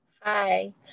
Hi